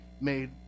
made